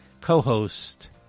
co-host